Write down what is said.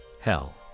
hell